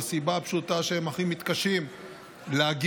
מהסיבה הפשוטה שהם הכי מתקשים להגיע,